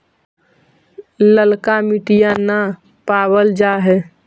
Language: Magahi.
ललका मिटीया न पाबल जा है?